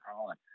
Colin